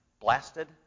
Blasted